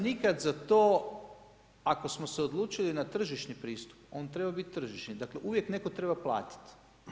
nikada za to ako smo se odlučili na tržišni pristup on treba biti tržišni, dakle, uvijek netko treba platiti.